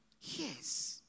Yes